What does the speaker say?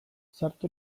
sartu